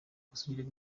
ubusugire